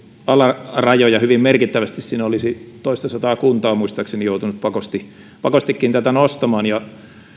alarajoja hyvin merkittävästi siinä olisi toistasataa kuntaa muistaakseni joutunut pakostikin pakostikin tätä nostamaan